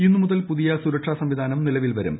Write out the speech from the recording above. ഇന്നു മുതൽ പുതിയ സുരക്ഷാ സംവിധാനം നിലവിൽ വരും